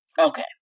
Okay